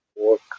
work